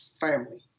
family